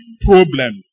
problem